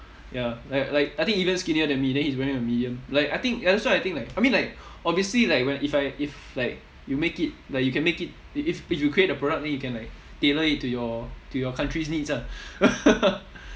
ya like like I think even skinnier than me then he's wearing a medium like I think ya that's why I think like I mean like obviously like when if I if like you make it like you can make it if you create the product then you can like tailor it to your to your country's need ah